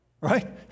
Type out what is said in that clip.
right